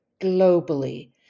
globally